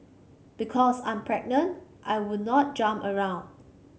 because I'm pregnant I would not jump around